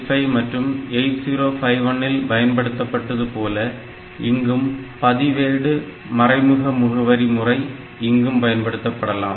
8085 மற்றும் 8051 இல் பயன்படுத்தப்பட்டது போல இங்கும் பதிவேடு மறைமுக முகவரி முறை இங்கும் பயன்படுத்தப்படலாம்